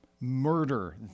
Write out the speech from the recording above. murder